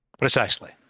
Precisely